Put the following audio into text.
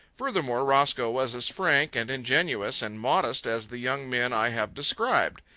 furthermore, roscoe was as frank and ingenuous and modest as the young men i have described.